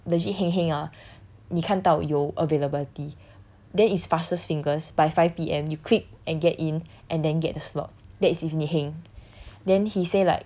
so if let's say you legit heng heng ah 你看到有 availability then is fastest fingers by five P_M you click and get in and then get the slot that is if 你 heng